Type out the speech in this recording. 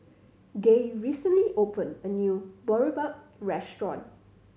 Gaye recently opened a new Boribap restaurant